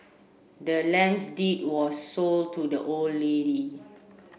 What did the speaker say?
the land's deed was sold to the old lady